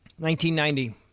1990